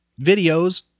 videos